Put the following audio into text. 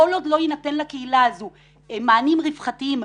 כל עוד לא יינתן לקהילה הזו מענים רווחתיים,